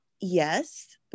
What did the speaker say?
yes